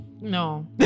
no